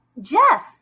Jess